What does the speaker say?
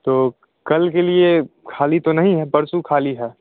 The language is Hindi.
तो कल के लिए खाली तो नहीं है परसों खाली है